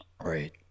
Right